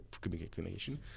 communication